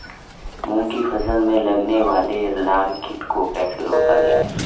मूंग की फसल में लगने वाले लार कीट को कैसे रोका जाए?